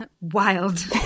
Wild